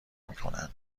میکنند